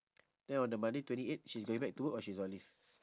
then on the monday twenty eight she's going back to work or she's on leave